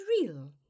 real